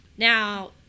Now